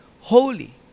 holy